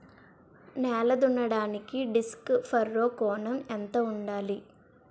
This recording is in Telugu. నేల దున్నడానికి డిస్క్ ఫర్రో కోణం ఎంత ఉండాలి?